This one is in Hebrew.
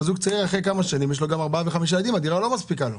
אבל זוג צעיר אחרי כמה שנים יש לו גם 4 ו-5 ילדים הדירה לא מספיקה לו.